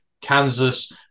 Kansas